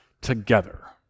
together